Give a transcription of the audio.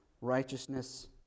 righteousness